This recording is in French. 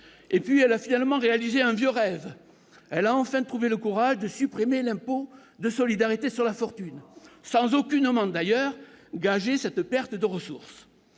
Et puis, elle a finalement réalisé un vieux rêve : elle a enfin trouvé le courage de supprimer l'impôt de solidarité sur la fortune sans d'ailleurs ne gager aucunement cette perte de ressources.